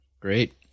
Great